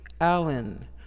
Allen